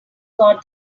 got